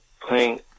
playing